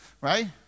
Right